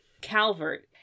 Calvert